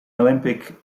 olympic